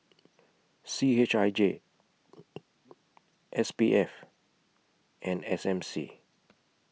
C H I J S P F and S M C